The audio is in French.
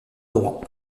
droit